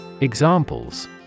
Examples